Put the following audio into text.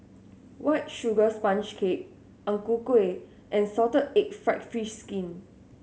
White Sugar Sponge Cake Ang Ku Kueh and salted egg fried fish skin